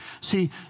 See